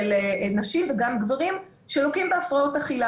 של נשים וגם גברים שלוקים בהפרעות אכילה